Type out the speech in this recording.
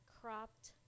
cropped